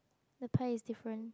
the pie is different